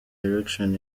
direction